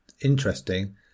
interesting